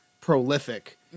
prolific